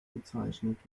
bezeichnet